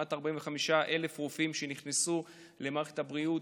כמעט 45,000 רופאים שנכנסו למערכת הבריאות